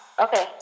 Okay